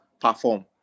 perform